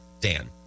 Dan